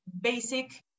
basic